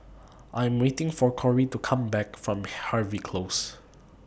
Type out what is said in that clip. I Am waiting For Kory to Come Back from Harvey Close